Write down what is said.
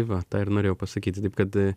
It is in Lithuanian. va tą ir norėjau pasakyti taip kad